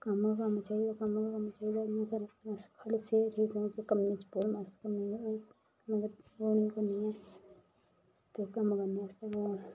कम्म गै कम्म चाहिदा कम्म गै कम्म चाहिदा खाल्ली सेह्त ठीक होनी चाहिदी कम्मै च गै मस्त आं में ते कम्मै च में ओह् नी करनी ऐ ते कम्म करने आस्तै में